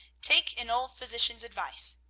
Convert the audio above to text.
take an old physician's advice.